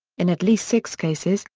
in at least six cases,